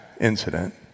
incident